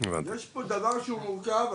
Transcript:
יש דבר פה שהוא מורכב.